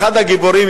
אחד הגיבורים,